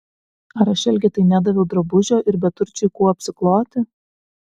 ar aš elgetai nedaviau drabužio ir beturčiui kuo apsikloti